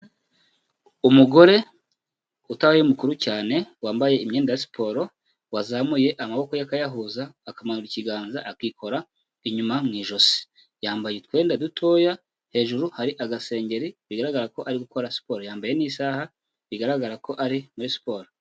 Umugore utari mukuru cyane wambaye imyenda ya siporo wazamuye amaboko ye akayahuza akamanura ikiganza akikora inyuma mu ijosi, yambaye utwenda dutoya, hejuru hari agasengeri bigaragara ko ari gukora siporo, yambaye n'isaha bigaragara ko ari muri siporo.